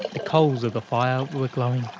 the coals of the fire were glowing.